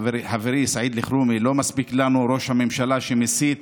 חברי סעיד אלחרומי, לא מספיק לנו ראש ממשלה שמסית